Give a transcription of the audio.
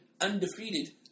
undefeated